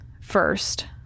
First